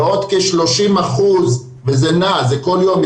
ועוד כ-30% וזה נע כל יום,